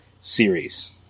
series